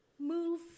move